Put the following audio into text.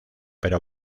pero